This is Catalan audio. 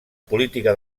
política